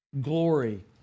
glory